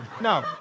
No